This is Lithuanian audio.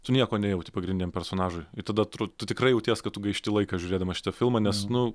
tu nieko nejauti pagrindiniam personažui tada tru tu tikrai jauties kad tu gaišti laiką žiūrėdamas šitą filmą nes nu